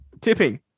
tipping